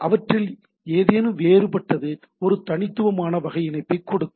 அவற்றில் ஏதேனும் வேறுபட்டது ஒரு தனித்துவமான வகை இணைப்பைக் கொடுக்கும்